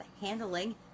handling